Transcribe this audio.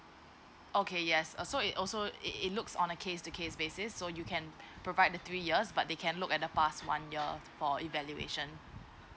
okay yes uh so it also it it looks on a case to case basis so you can provide the three years but they can look at the past one year for evaluation